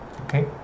Okay